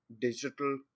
digital